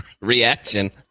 reaction